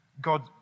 God